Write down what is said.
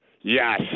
Yes